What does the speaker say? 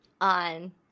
on